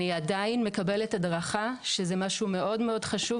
אני עדיין מקבלת הדרכה, שזה משהו מאוד חשוב.